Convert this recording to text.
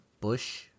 bush